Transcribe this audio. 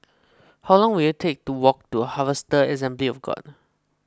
how long will it take to walk to Harvester Assembly of God